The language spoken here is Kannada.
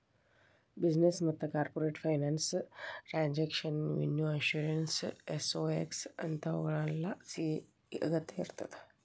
ಬಿಸಿನೆಸ್ ಮತ್ತ corporate finance taxation revenue assurance SOX ಇಂತಾವುಕ್ಕೆಲ್ಲಾ ಸಿ.ಎ ಅಗತ್ಯಇರ್ತದ